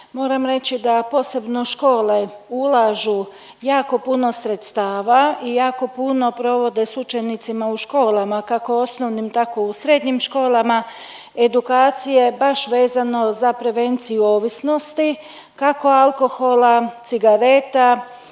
Moram reći da posebno škole ulažu jako puno sredstava i jako puno provode s učenicima u školama kako osnovnim tako u srednjim školama edukacije baš vezano za prevenciju ovisnosti, kako alkohola, cigareta,